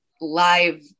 live